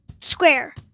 Square